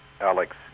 Alex